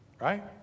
right